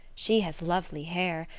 she has lovely hair,